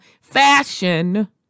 fashion